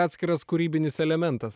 atskiras kūrybinis elementas